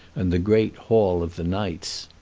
and the great hall of the knights.